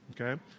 Okay